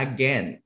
Again